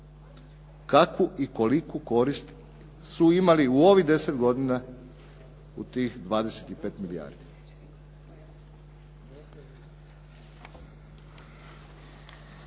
kakvu i koliku korist su imali u ovih 10 godina u tih 25 milijardi.